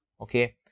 Okay